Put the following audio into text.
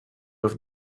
have